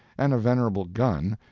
and a venerable gun,